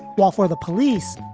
well, for the police,